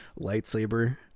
lightsaber